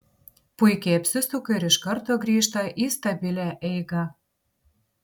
puikiai apsisuka ir iš karto grįžta į stabilią eigą